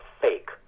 fake